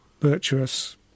virtuous